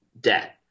debt